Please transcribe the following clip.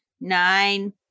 Nine